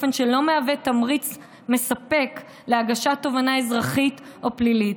ולא מהווים תמריץ מספק להגשת תובענה אזרחית או פלילית.